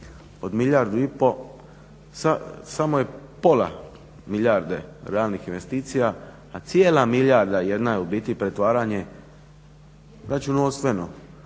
i pol, samo je pola milijarde realnih investicija a cijela milijarda jedna u biti je pretvaranje računovodstveno